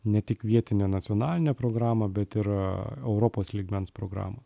ne tik vietinę nacionalinę programą bet ir europos lygmens programą